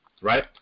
right